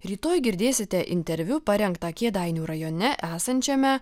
rytoj girdėsite interviu parengtą kėdainių rajone esančiame